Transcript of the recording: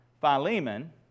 Philemon